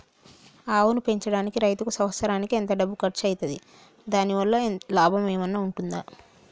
ఆవును పెంచడానికి రైతుకు సంవత్సరానికి ఎంత డబ్బు ఖర్చు అయితది? దాని వల్ల లాభం ఏమన్నా ఉంటుందా?